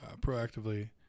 proactively